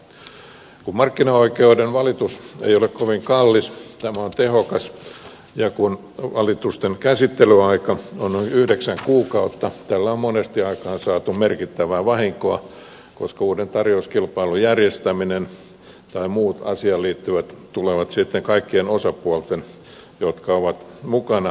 kun markkinaoikeuden valitus ei ole kovin kallis tämä on tehokas toimenpide ja kun valitusten käsittelyaika on noin yhdeksän kuukautta tällä on monesti aikaansaatu merkittävää vahinkoa koska uuden tarjouskilpailun järjestäminen tai muut asiaan liittyvät tulevat sitten kaikkien osapuolten jotka ovat mukana maksettavaksi